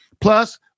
Plus